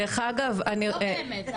לא באמת.